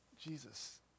Jesus